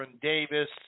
Davis